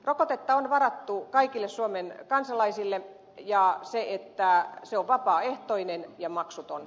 rokotetta on varattu kaikille suomen kansalaisille ja se on vapaaehtoinen ja maksuton